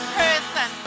person